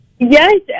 Yes